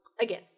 Again